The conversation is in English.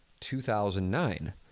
2009